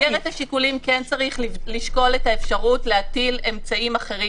במסגרת השיקולים כן צריך לשקול את האפשרות להטיל אמצעים אחרים,